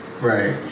Right